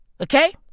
Okay